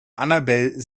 annabel